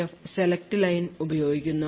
F select line ഉപയോഗിക്കുന്നു